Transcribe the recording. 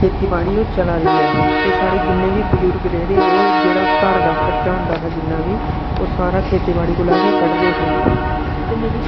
खेती बाड़ी ओह् चला दी ऐ ते साढ़े जि'न्ने बी बजुर्ग जेह्ड़े ओह् जेह्ड़ा ओह् घर दा खर्चा ्होंदा हा जि'न्ना बी ओह् सारा खेती बाड़ी कोला गै कढदे हे ते मिगी